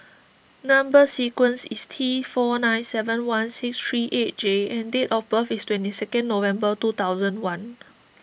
Number Sequence is T four nine seven one six three eight J and date of birth is twenty second November two thousand one